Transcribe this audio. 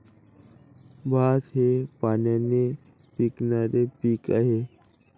भात हे पाण्याने पिकणारे पीक आहे